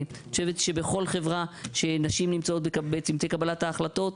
אני חושבת שבכל חברה שנשים נמצאות בצמתי קבלת ההחלטות,